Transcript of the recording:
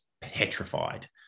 petrified